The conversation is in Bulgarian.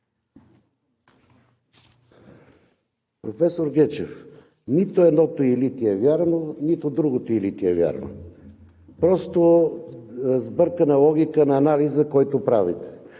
Професор Гечев, нито едното „или“ ти е вярно, нито другото „или“ ти е вярно. Просто сбъркана логика на анализа, който правите.